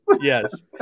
Yes